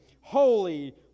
holy